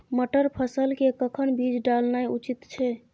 मटर फसल के कखन बीज डालनाय उचित छै?